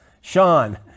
Sean